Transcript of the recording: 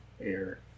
air